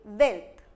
wealth